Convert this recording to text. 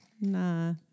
nah